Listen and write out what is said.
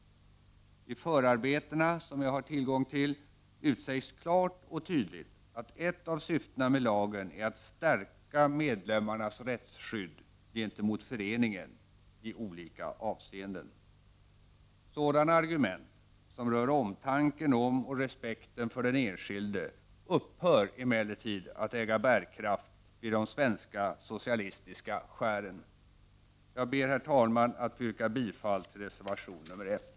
I förarbetena, som jag har tillgång till, utsägs klart och tydligt att ett av syftena med lagen är att stärka medlemmarnas rättsskydd gentemot föreningen i olika avseenden. Sådana argument, som rör omtanken om och respekten för den enskilde, upphör emellertid att äga bärkraft vid de svenska socialistiska skären. Jag ber, herr talman, att få yrka bifall till reservation nr 1.